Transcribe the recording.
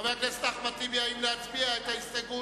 חבר הכנסת אחמד טיבי, האם להצביע על ההסתייגות?